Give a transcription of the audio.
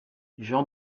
jean